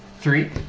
Three